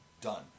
done